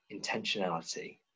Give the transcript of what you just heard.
intentionality